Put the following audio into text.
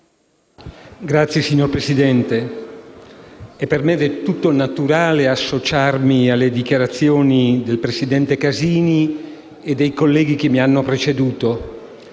Signor Presidente, è per me del tutto naturale associarmi alle dichiarazioni del presidente Casini e dei colleghi che mi hanno preceduto,